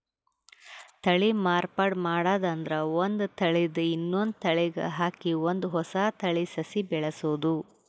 ತಳಿ ಮಾರ್ಪಾಡ್ ಮಾಡದ್ ಅಂದ್ರ ಒಂದ್ ತಳಿದ್ ಇನ್ನೊಂದ್ ತಳಿಗ್ ಹಾಕಿ ಒಂದ್ ಹೊಸ ತಳಿ ಸಸಿ ಬೆಳಸದು